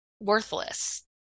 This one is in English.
worthless